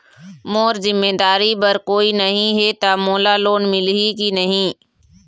मोर जिम्मेदारी बर कोई नहीं हे त मोला लोन मिलही की नहीं?